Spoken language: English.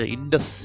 Indus